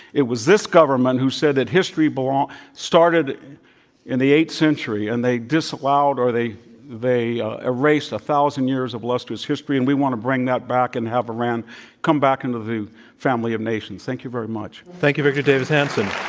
it was this government who said that history but um started in the eighth century and they disallowed or they they erased one thousand years of illustrious history. and want to bring that back and have iran come back into the family of nations. thank you very much. thank you, victor davis hanson.